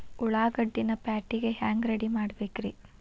ಉಳ್ಳಾಗಡ್ಡಿನ ಪ್ಯಾಟಿಗೆ ಹ್ಯಾಂಗ ರೆಡಿಮಾಡಬೇಕ್ರೇ?